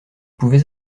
pouvez